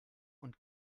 und